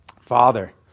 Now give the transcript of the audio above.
Father